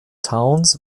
towns